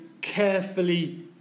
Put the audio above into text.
carefully